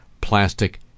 plastic